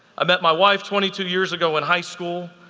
i met my wife twenty two years ago in high school.